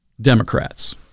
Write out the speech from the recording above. democrats